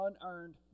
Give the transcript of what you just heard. Unearned